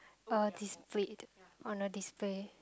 uh displayed on a display